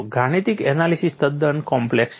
ગાણિતિક એનાલિસીસ તદ્દન કોમ્પ્લેક્સ છે